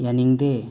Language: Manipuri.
ꯌꯥꯅꯤꯡꯗꯦ